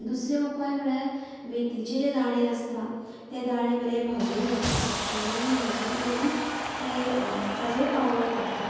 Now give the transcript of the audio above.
दुसरे उपाय म्हळ्यार मेथीचे जे दाणे आसता ते दाणे बरें भाजून घेतात आनी भाजून घेवन ते ताचो पावडर करता